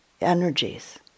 energies